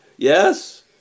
Yes